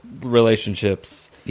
relationships